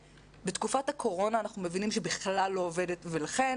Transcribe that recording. בתקופת הקורונה אנחנו מבינים שהיא בכלל לא עובדת ולכן